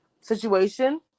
situation